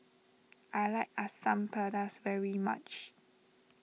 I like Asam Pedas very much